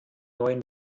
neuen